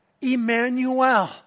Emmanuel